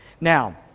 Now